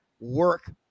work